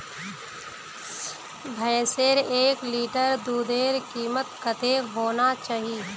भैंसेर एक लीटर दूधेर कीमत कतेक होना चही?